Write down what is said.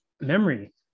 memory